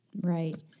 Right